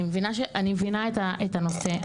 אני מבינה את הנושא,